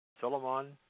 Solomon